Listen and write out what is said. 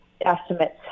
estimates